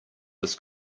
this